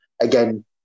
Again